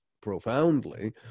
profoundly